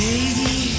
Lady